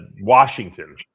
Washington